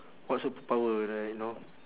what superpower like you know